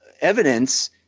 evidence